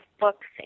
books